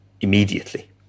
immediately